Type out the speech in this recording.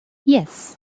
yes